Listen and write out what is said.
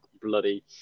bloody